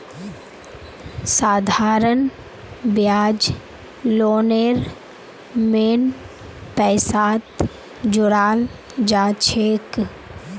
साधारण ब्याज लोनेर मेन पैसात जोड़ाल जाछेक